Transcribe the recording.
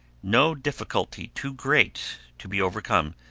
no difficulty too great to be overcome,